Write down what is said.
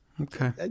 Okay